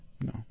No